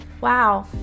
Wow